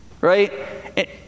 Right